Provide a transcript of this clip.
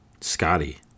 Scotty